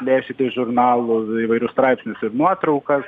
plėšyt iš žurnalų įvairius straipsnius ir nuotraukas